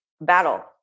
battle